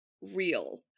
Real